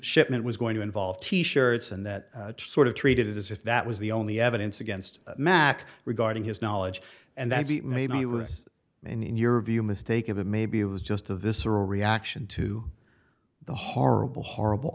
shipment was going to involve t shirts and that sort of treated as if that was the only evidence against mac regarding his knowledge and that maybe he was in your view mistake of it maybe it was just a visceral reaction to the horrible horrible